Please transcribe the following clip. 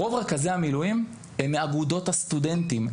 רוב רכזי המילואים הם מאגודות הסטודנטים.